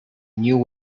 new